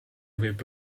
võib